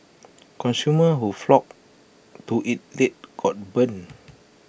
consumers who flocked to IT late got burned